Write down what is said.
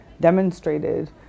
demonstrated